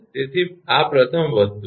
તેથી આ પ્રથમ વસ્તુ છે